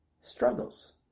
struggles